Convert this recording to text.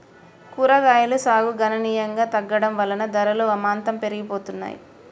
కూరగాయలు సాగు గణనీయంగా తగ్గడం వలన ధరలు అమాంతం పెరిగిపోతున్నాయి